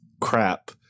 crap